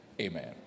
amen